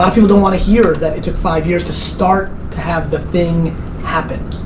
ah people don't wanna hear that it took five years to start to have the thing happen.